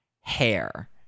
hair